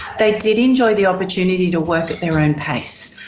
they did enjoy the opportunity to work at their own pace,